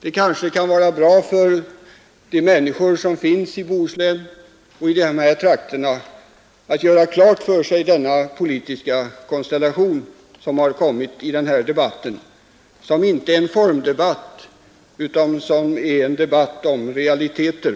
Det kan mähända vara bra för människorna i Bohuslän och i de berörda trakterna att klargöra för sig den politiska konstellation som har uppstått i den här debatten. Den är, - Nr 122 som jag sade, inte en formdebatt utan en debatt om realiteter.